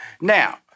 Now